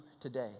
today